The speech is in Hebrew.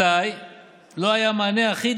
אז לא היה מענה אחיד,